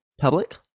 Public